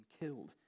killed